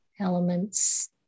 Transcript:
elements